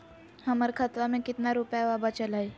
हमर खतवा मे कितना रूपयवा बचल हई?